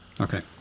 Okay